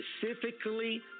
specifically